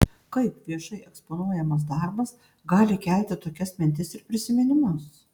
kaip viešai eksponuojamas darbas gali kelti tokias mintis ir prisiminimus